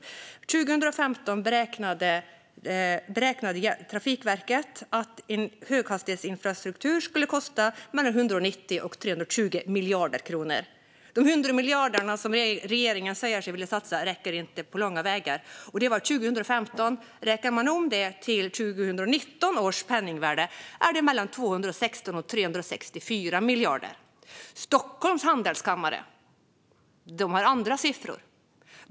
År 2015 beräknade Trafikverket att en höghastighetsinfrastruktur skulle kosta 190-320 miljarder kronor. De 100 miljarder som regeringen säger sig vilja satsa räcker inte på långa vägar. Detta var dessutom 2015 - räknar man om det till 2019 års penningvärde är det mellan 216 och 364 miljarder. Stockholms Handelskammare har andra siffror.